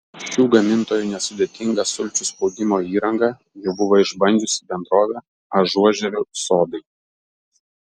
šių gamintojų nesudėtingą sulčių spaudimo įrangą jau buvo išbandžiusi bendrovė ažuožerių sodai